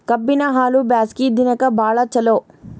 ಕಬ್ಬಿನ ಹಾಲು ಬ್ಯಾಸ್ಗಿ ದಿನಕ ಬಾಳ ಚಲೋ